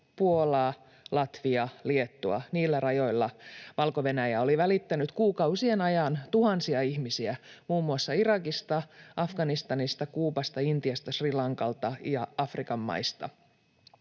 Puolan, Latvian ja Liettuan rajoilla Valko-Venäjä oli välittänyt kuukausien ajan tuhansia ihmisiä muun muassa Irakista, Afganistanista, Kuubasta, Intiasta, Sri Lankasta ja Afrikan maista.